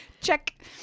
Check